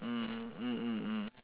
mm mm mm mm